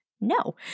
no